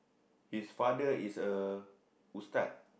his father is a ustaz